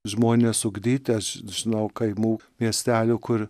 žmonės ugdytojas žinau kaimų miestelių kur